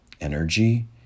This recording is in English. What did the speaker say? energy